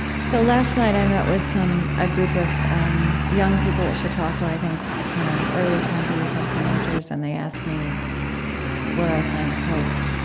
so last night i met with a ah group of young people at chautauqua. i think you know early twenty s and teenagers. and they asked me where i find hope.